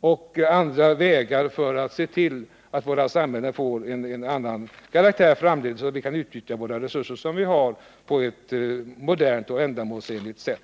och för att hitta andra vägar, så att våra samhällen framdeles kan få en annan karaktär och så att vi kan utnyttja resurserna på ett modernt och ändamålsenligt sätt.